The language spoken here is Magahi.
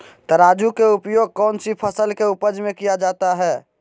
तराजू का उपयोग कौन सी फसल के उपज में किया जाता है?